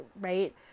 right